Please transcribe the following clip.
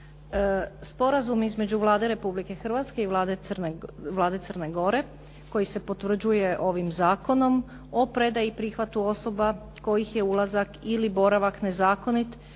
Sporazum između Vlade Republike Hrvatske i Vlade Crne Gore kojim se potvrđuje ovim zakonom, o predaji i prihvatu osoba kojih je ulazak ili boravak nezakonit,